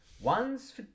one's